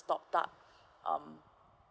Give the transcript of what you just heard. top up um